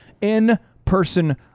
in-person